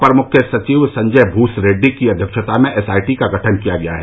अपर मुख्य सचिव संजय भूस रेड़डी की अध्यक्षता में एसआईटी का गठन किया गया है